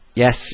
yes